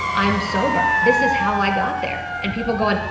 i'm sober, this is how i got there. and people go, and